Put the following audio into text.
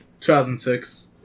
2006